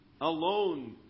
alone